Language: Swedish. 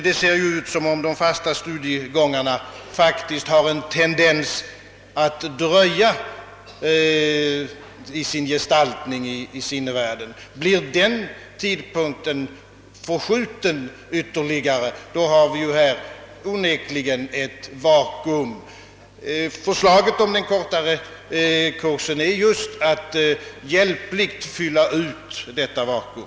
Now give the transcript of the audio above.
Det ser ju ut som om de fasta studiegångarna har en tendens att dröja med sin gestaltning i sinnevärlden. Blir den tidpunkten förskjuten avsevärt, uppstår onekligen ett vakuum. Förslaget om den kortare kursen avser just att hjälpligt fylla ut detta vakuum.